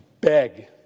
beg